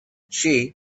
she